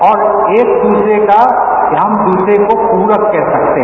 और एक दूसरे का हम एक दूसरे का पूरक कह सकते हैं